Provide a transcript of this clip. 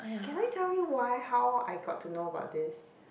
can I tell you why how I got to know about this